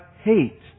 hate